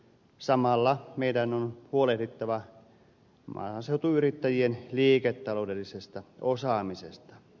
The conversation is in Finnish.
samalla meidän on huolehdittava maaseutuyrittäjien liiketaloudellisesta osaamisesta